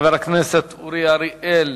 חבר הכנסת אורי אריאל,